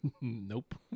Nope